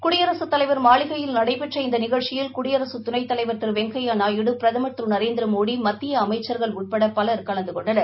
குடியரகத் தலைவர் மாளிகையில் நடைபெற்ற இந்த நிகழ்ச்சியில் குடியரசு துணைத் தலைவர் திரு வெங்கையநாயுடு பிரதமர் திரு நரேந்திரமோடி மத்திய அமைச்சர்கள் உட்பட பலர் கலந்து கொண்டனர்